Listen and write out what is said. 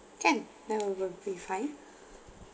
can that will will be fine